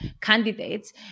candidates